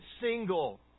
single